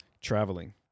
traveling